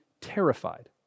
terrified